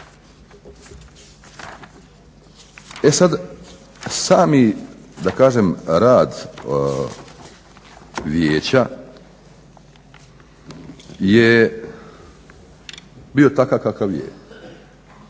E sad, sami da kažem rad vijeća je bio takav kakav je.